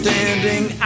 Standing